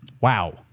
Wow